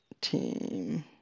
team